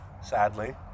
sadly